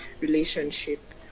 relationship